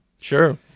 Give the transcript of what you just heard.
Sure